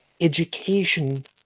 education